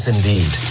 Indeed